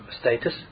status